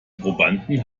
probanden